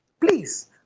Please